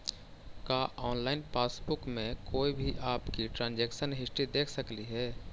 का online passbook में कोई भी आपकी ट्रांजेक्शन हिस्ट्री देख सकली हे